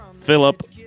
Philip